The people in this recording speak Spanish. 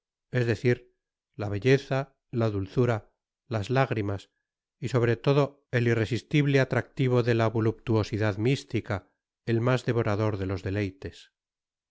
es decir la belleza la dulzura las lágrimas y sobre todo el irresistible atractivo de la voluptuosidad mistica el mas devorador de los deleites